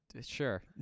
sure